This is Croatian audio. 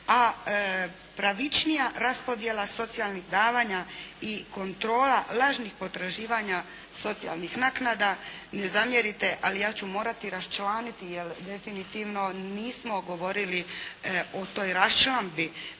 A pravičnija raspodjela socijalnih davanja i kontrola lažnih potraživanja socijalnih naknada, ne zamjerite ali ja ću morati raščlaniti, jer definitivno nismo govorili o toj raščlambi,